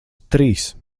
trīs